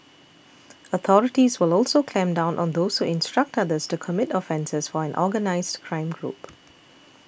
authorities will also clamp down on those who instruct others to commit offences for an organised crime group